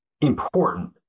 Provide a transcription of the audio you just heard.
important